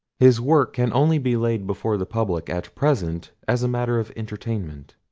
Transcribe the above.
his work can only be laid before the public at present as a matter of entertainment.